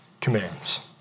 commands